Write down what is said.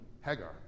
Hagar